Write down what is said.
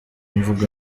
mvuga